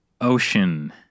ocean